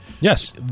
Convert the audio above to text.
Yes